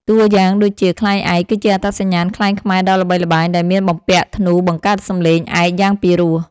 តួយ៉ាងដូចជា ខ្លែងឯក គឺជាអត្តសញ្ញាណខ្លែងខ្មែរដ៏ល្បីល្បាញ ដែលមានបំពាក់ធ្នូបង្កើតសំឡេង ឯក យ៉ាងពីរោះ។